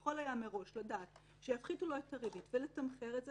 היה מראש לדעת שיפחיתו לו את הריבית ולתמחר את זה,